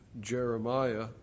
Jeremiah